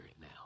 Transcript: now